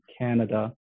Canada